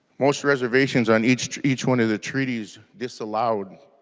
most reservations on each each one of the treaties disallowed